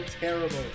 terrible